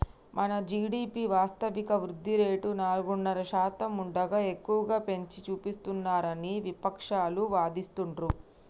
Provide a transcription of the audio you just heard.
మన జీ.డి.పి వాస్తవిక వృద్ధి రేటు నాలుగున్నర శాతం ఉండగా ఎక్కువగా పెంచి చూపిస్తున్నారని విపక్షాలు వాదిస్తుండ్రు